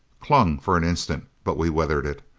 clung for an instant but we weathered it.